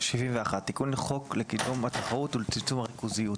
71.תיקון חוק לקידום התחרות ולצמצום הריכוזיות